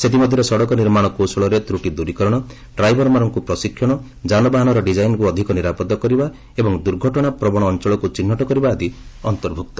ସେଥି ମଧ୍ୟରେ ସଡ଼କ ନିର୍ମାଣ କୌଶଳରେ ତୂଟି ଦୂରୀକରଣ ଡ୍ରାଇଭରମାନଙ୍କୁ ପ୍ରଶିକ୍ଷଣ ଯାନବାହାନର ଡିଜାଇନ୍କୁ ଅଧିକ ନିରାପଦ କରିବା ଏବଂ ଦୂର୍ଘଟଣା ପ୍ରବଣ ଅଞ୍ଚଳକୁ ଚିହ୍ନଟ କରିବା ଆଦି ଅନ୍ତର୍ଭୁକ୍ତ